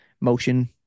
motion